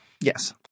Yes